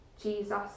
Jesus